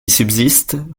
subsistent